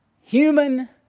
human